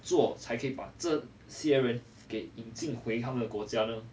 做才可以把这些人给引进回他们的国家呢